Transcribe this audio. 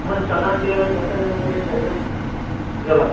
یِمَن سَدان تیٖرن کیٛاہ سا دِمہو تۄہہِ أسۍ رۄپیس زٕ لَچھ